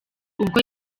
ubwo